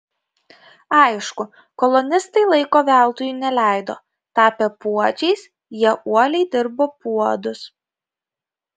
aišku kolonistai laiko veltui neleido tapę puodžiais jie uoliai dirbo puodus